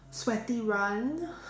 sweaty run